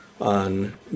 on